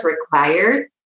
required